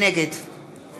נגד